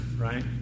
right